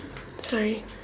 sorry